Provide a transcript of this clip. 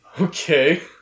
Okay